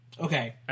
okay